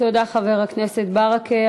תודה, חבר הכנסת ברכה.